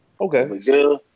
Okay